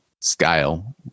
scale